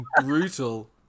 brutal